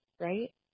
right